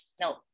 no